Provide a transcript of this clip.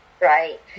right